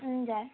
हुन्छ